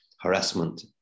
harassment